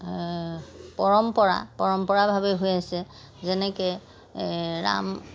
পৰম্পৰা পৰম্পৰাভাৱে হৈ আছে যেনেকে ৰাম